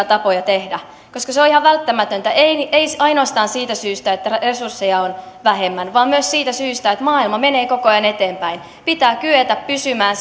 tapoja tehdä koska se on ihan välttämätöntä ei ei ainoastaan siitä syystä että resursseja on vähemmän vaan myös siitä syystä että maailma menee koko ajan eteenpäin pitää kyetä pysymään